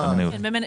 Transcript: במניות.